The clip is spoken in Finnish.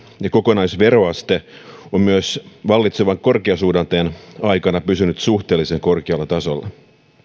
ja kokonaisveroaste on myös vallitsevan korkeasuhdanteen aikana pysynyt suhteellisen korkealla tasolla